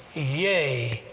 yea!